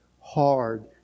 hard